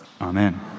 Amen